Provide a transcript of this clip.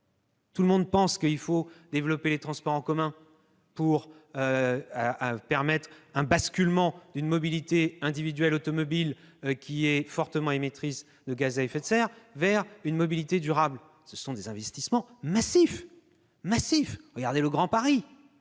tout le monde pense qu'il faut développer les transports en commun pour permettre le basculement d'une mobilité individuelle automobile fortement émettrice de gaz à effet de serre vers une mobilité durable. Or il y faut des investissements massifs- songez au Grand Paris,